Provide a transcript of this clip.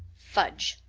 fudge!